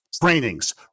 trainings